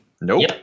Nope